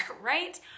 right